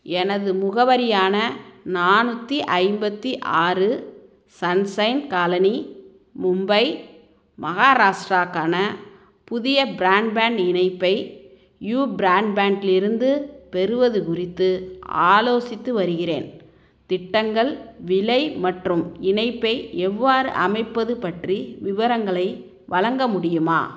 எனது முகவரியான நானூற்றி ஐம்பத்தி ஆறு சன்ஷைன் காலனி மும்பை மகாராஷ்ட்ராவுக்கான புதிய ப்ராண்ட்பேண்ட் இணைப்பை யூ ப்ராண்ட்பேண்ட் இலிருந்து பெறுவது குறித்து ஆலோசித்து வருகிறேன் திட்டங்கள் விலை மற்றும் இணைப்பை எவ்வாறு அமைப்பது பற்றி விவரங்களை வழங்க முடியுமா